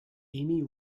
amy